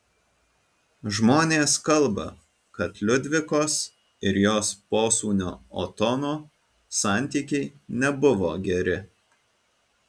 žmonės kalba kad liudvikos ir jos posūnio otono santykiai nebuvo geri